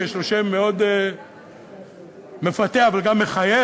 שיש לו שם מאוד מפתה אבל גם מחייב,